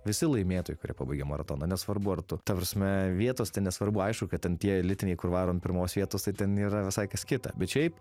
visi laimėtojai kurie pabaigę maratoną nesvarbu ar tu ta prasme vietos ten nesvarbu aišku kad tie elitiniai kur varo ant pirmos vietos tai ten yra visai kas kita bet šiaip